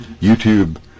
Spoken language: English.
YouTube